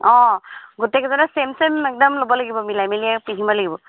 অঁ গোটেইকেইজনীয়ে same same একদম ল'ব লাগিব মিলাই মিলিয়ে পিন্ধিব লাগিব